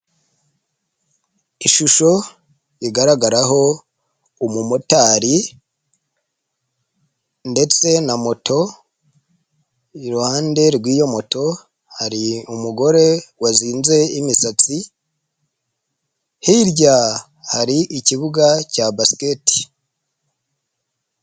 Ishusho igaragaraho umumotari ndetse na moto iruhande rw'iyo moto hari umugore wazinze imisatsi, hirya hari ikibuga cya Basketi.